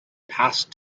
past